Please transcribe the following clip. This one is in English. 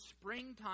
springtime